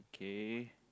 k